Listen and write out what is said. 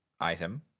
item